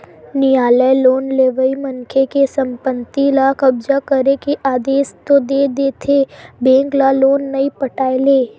नियालय लोन लेवइया मनखे के संपत्ति ल कब्जा करे के आदेस तो दे देथे बेंक ल लोन नइ पटाय ले